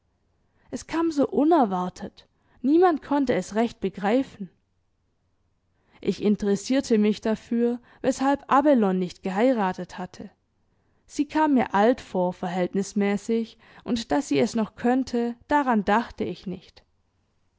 es kam so unerwartet niemand konnte es recht begreifen ich interessierte mich dafür weshalb abelone nicht geheiratet hatte sie kam mir alt vor verhältnismäßig und daß sie es noch könnte daran dachte ich nicht